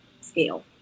scale